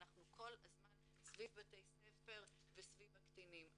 אנחנו כל הזמן סביב בתי ספר וסביב הקטינים,